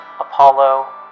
Apollo